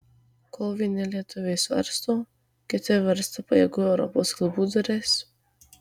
kol vieni lietuviai svarsto kiti varsto pajėgių europos klubų duris